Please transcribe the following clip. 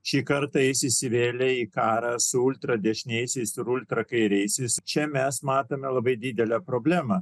šį kartą jis įsivėlė į karą su ultradešiniaisiais ir ultrakairiaisiais čia mes matome labai didelę problemą